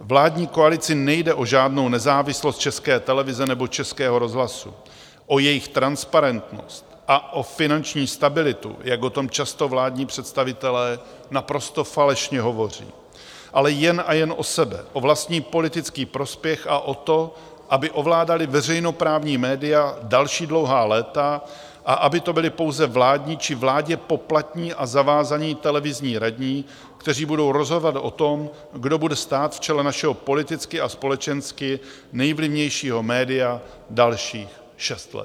Vládní koalici nejde o žádnou nezávislost České televize nebo Českého rozhlasu, o jejich transparentnost a o finanční stabilitu, jak o tom často vládní představitelé naprosto falešně hovoří, ale jen a jen o sebe, o vlastní politický prospěch a o to, aby ovládali veřejnoprávní média další dlouhá léta a aby to byli pouze vládní či vládě poplatní a zavázaní televizní radní, kteří budou rozhodovat o tom, kdo bude stát v čele našeho politicky a společensky nejvlivnějšího média dalších šest let.